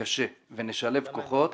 קשה ונשלב כוחות